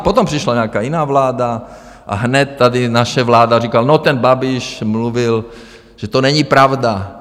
Potom přišla nějaká jiná vláda a hned tady naše vláda říkala: No, ten Babiš mluvil, že to není pravda...